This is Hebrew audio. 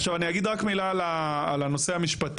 עכשיו אני אגיד רק מילה על הנושא המשפטי,